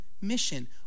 mission